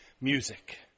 music